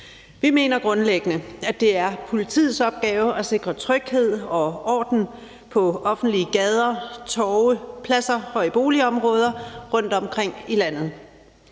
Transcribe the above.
Vi mener grundlæggende, at det er politiets opgave at sikre tryghed og orden på offentlige gader, torve, pladser og i boligområder rundtomkring i landet.